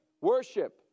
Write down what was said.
Worship